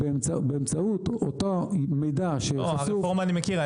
ובאמצעות אותו מידע --- את הרפורמה אני מכיר.